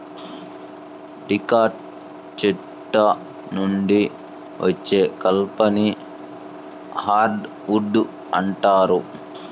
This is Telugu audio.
డికాట్ చెట్ల నుండి వచ్చే కలపని హార్డ్ వుడ్ అంటారు